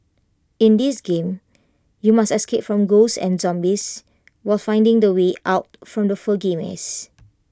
in this game you must escape from ghosts and zombies while finding the way out from the foggy maze